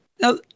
now